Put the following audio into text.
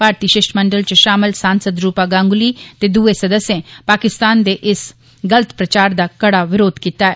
भारतीय शिष्टमंडल च शामल सांसद रूपा गांगुली ते दूए सदस्ये पाकिस्तान दे इस गलत प्रचार दा कड़ा विरोध कीता ऐ